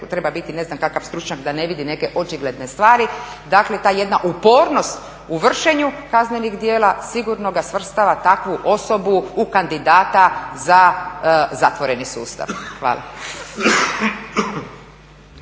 treba biti ne znam kakav stručnjak da ne vidi neke očigledne stvari, dakle ta jedna upornost u vršenju kaznenih djela sigurno ga svrstava, takvu osobu u kandidata za zatvoreni sustav. Hvala.